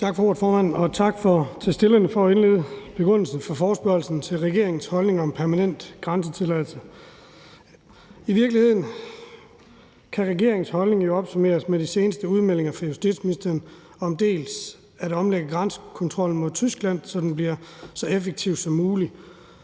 Tak for ordet, formand, og tak til forespørgerne for at indlede med begrundelsen for forespørgslen om regeringens holdning om permanent grænsekontrol. I virkeligheden kan regeringens holdning jo opsummeres med de seneste udmeldinger fra justitsministeren om dels at omlægge grænsekontrollen mod Tyskland, så den bliver så effektiv som muligt